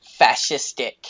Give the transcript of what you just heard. fascistic